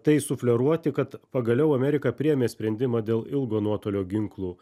tai sufleruoti kad pagaliau amerika priėmė sprendimą dėl ilgo nuotolio ginklų